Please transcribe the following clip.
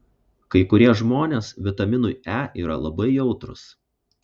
kai kurie žmonės vitaminui e yra labai jautrūs